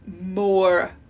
more